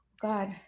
God